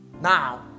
Now